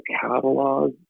catalog